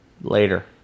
Later